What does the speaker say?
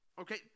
Okay